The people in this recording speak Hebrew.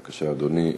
בבקשה, אדוני.